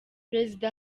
perezida